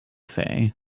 say